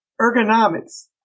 ergonomics